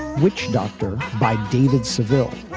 witchdoctor by david civil,